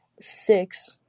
six